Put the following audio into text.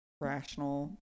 rational